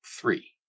Three